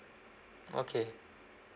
okay